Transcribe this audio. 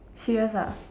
serious ah